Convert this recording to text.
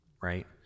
right